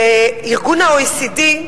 שה-OECD,